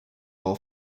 all